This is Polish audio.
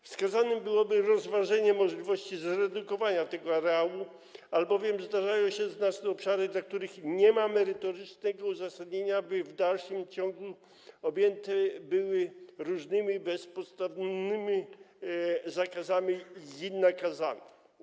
Wskazane byłoby rozważenie możliwości zredukowania tego areału, albowiem zdarzają się znaczne obszary, w przypadku których nie ma merytorycznego uzasadnienia, by w dalszym ciągu były one objęte różnymi bezpodstawnymi zakazami i nakazami.